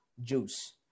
juice